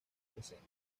presente